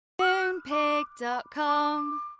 Moonpig.com